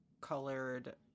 colored